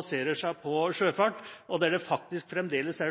baserer seg på sjøfart. Det er faktisk